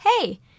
Hey